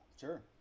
Sure